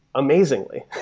amazingly,